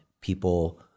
people